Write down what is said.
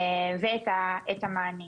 ואת המענים